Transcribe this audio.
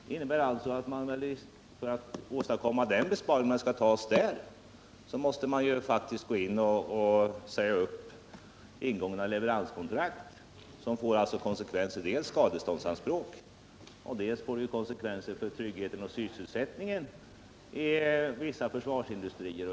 Men för att åstadkomma en besparing just där måste man faktiskt säga upp ingångna leveranskontrakt, och det får konsekvenser dels genom skadeståndsanspråk, dels för tryggheten och sysselsättningen i vissa försvarsindustrier.